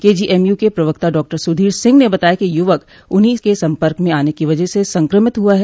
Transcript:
KGMU के प्रवक्ता doctor Sudhir Singh ने बताया कि यह युवक उन्हीं के सम्पर्क में आने की वजह से संकमित हुआ है